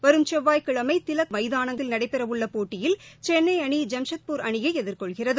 வரும் செவ்வாய் கிழமை திலக் மைதானத்தில் நடைபெறவுள்ள போட்டியில் சென்னை அணி ஜாம்ஷெட்பூர் அணியை எதிர்கொள்கிறது